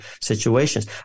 situations